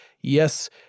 Yes